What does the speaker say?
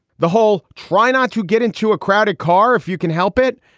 the whole try not to get into a crowded car if you can help it.